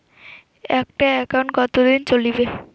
একটা একাউন্ট কতদিন চলিবে?